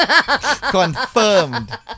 Confirmed